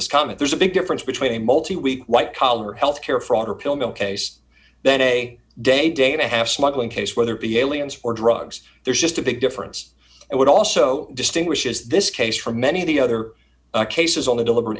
comment there's a big difference between a multi week white collar health care fraud or pill mill case then a day day and a half smuggling case whether it be aliens for drugs there's just a big difference i would also distinguishes this case for many of the other cases on a deliber